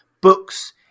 books